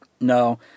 No